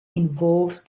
involves